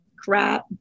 Crap